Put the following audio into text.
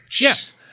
Yes